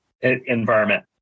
environment